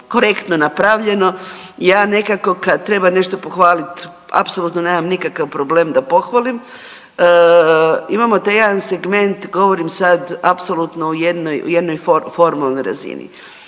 korektno napravljeno. Ja nekako kad treba nešto pohvalit apsolutno nemam nikakav problem da pohvalim. Imamo taj jedan segment, govorim sad apsolutno o jednoj formalnoj razini.